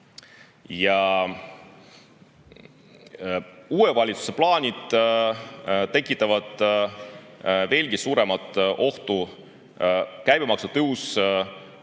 Uue valitsuse plaanid tekitavad veelgi suuremat ohtu. Käibemaksu tõus